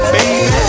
Baby